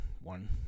one